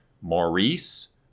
Maurice